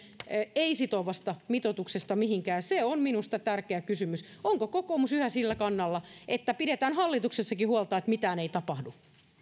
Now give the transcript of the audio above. ei sitovasta mitoituksesta mihinkään se on minusta tärkeä kysymys onko kokoomus yhä sillä kannalla että pidetään hallituksessakin huolta siitä että mitään ei tapahdu